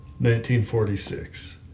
1946